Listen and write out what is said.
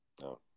No